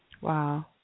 Wow